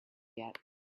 yet